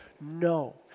No